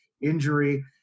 injury